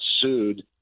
sued